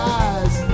eyes